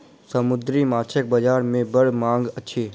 समुद्री माँछक बजार में बड़ मांग अछि